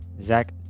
Zach